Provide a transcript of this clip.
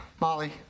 Molly